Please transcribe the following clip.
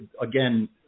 again